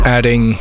Adding